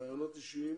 ראיונות אישיים